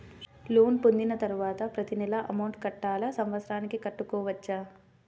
Loan పొందిన తరువాత ప్రతి నెల అమౌంట్ కట్టాలా? సంవత్సరానికి కట్టుకోవచ్చా?